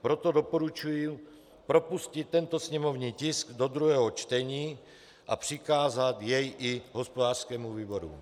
Proto doporučuji propustit tento sněmovní tisk do druhého čtení a přikázat jej i hospodářskému výboru.